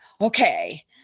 okay